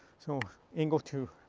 so angle two.